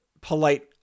polite